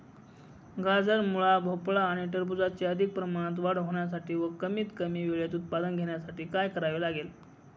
गाजर, मुळा, भोपळा आणि टरबूजाची अधिक प्रमाणात वाढ होण्यासाठी व कमीत कमी वेळेत उत्पादन घेण्यासाठी काय करावे लागेल?